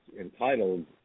entitled